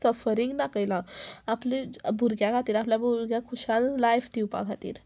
suffering दाखयलां आपली भुरग्यां खातीर आपल्या भुरग्या खुशाल लायफ दिवपा खातीर